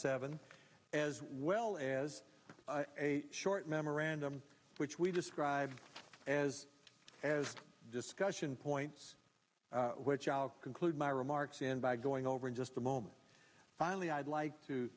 seven as well as a short memorandum which we described as as discussion points which i'll conclude my remarks and by going over in just a moment finally i'd like to